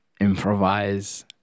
improvise